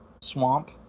Swamp